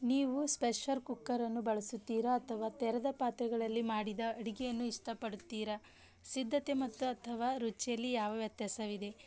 ನೀವು ಸ್ಪೆಷರ್ ಕುಕ್ಕರನ್ನು ಬಳಸುತ್ತೀರಾ ಅಥವಾ ತೆರೆದ ಪಾತ್ರೆಗಳಲ್ಲಿ ಮಾಡಿದ ಅಡಿಗೆಯನ್ನು ಇಷ್ಟ ಪಡುತ್ತೀರಾ ಸಿದ್ಧತೆ ಮತ್ತು ಅಥವಾ ರುಚಿಯಲ್ಲಿ ಯಾವ ವ್ಯತ್ಯಾಸವಿದೆ